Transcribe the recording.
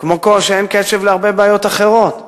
כמו שאין קשב להרבה בעיות אחרות.